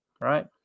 right